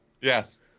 Yes